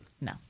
No